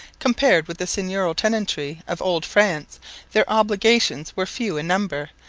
compared with the seigneurial tenantry of old france their obligations were few in number,